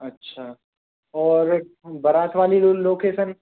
अच्छा और बारात वाली लो लोकेसन